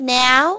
now